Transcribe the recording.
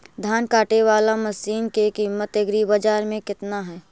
धान काटे बाला मशिन के किमत एग्रीबाजार मे कितना है?